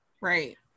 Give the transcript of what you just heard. Right